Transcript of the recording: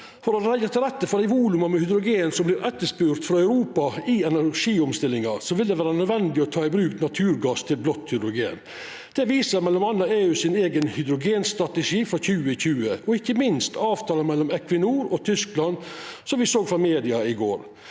For å leggja til rette for dei voluma med hydrogen som vert etterspurde frå Europa i energiomstillinga, vil det vera nødvendig å ta i bruk naturgass til blått hydrogen. Det viser m.a. EU sin eigen hydrogenstrategi frå 2020, og ikkje minst avtala mellom Equinor og Tyskland, som vi såg frå media i går.